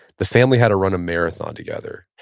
the family had to run a marathon together.